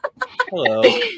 Hello